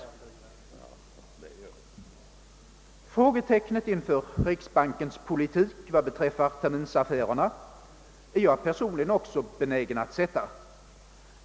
Detta frågetecken inför riksbankens politik vad beträffar terminsaffärerna är jag för min del också benägen att sätta.